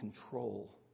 control